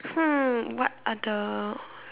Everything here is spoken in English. hmm what other